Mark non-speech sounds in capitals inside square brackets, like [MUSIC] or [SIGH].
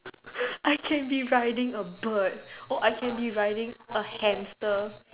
[LAUGHS] I can be riding a bird or I can be riding a hamster